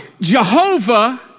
Jehovah